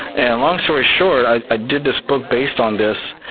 and long story short i ah did this book based on this.